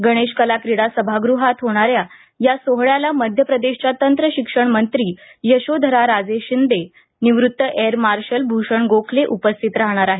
गणेश कला क्रीडा सभागृहात होणाऱ्या या सोहळ्याला मध्यप्रदेशच्या तंत्रशिक्षण मंत्री यशोधराराजे शिंदे निवृत्त एअर मार्शल भूषण गोखले उपस्थित राहणार आहेत